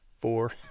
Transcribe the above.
four